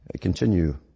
Continue